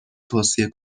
توصیه